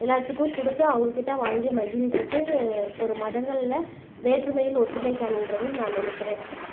எல்லாத்துக்கும் கொடுத்து அவங்கக்கிட்ட வாங்கி மகிழ்றது ஒரு மதங்களில் வேற்றுமையில் ஒற்றுமை காண்கின்றது தான் நான் நினைக்கிறேன்